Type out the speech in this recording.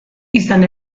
izan